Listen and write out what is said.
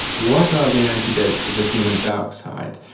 what are the antidotes to the human dark side?